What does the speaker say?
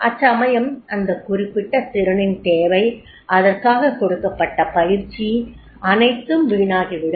அச்சமயம் அந்த குறிப்பிட்ட திறனின் தேவை அதற்காகக் கொடுக்கப்பட்ட பயிற்சி அனைத்தும் வீணாகிவிடும்